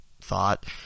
thought